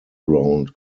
ground